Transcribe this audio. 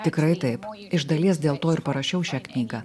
tikrai taip iš dalies dėl to ir parašiau šią knygą